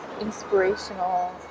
inspirational